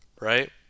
right